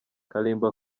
kalimba